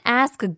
ask